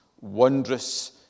wondrous